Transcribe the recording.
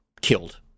killed